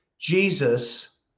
Jesus